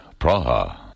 Praha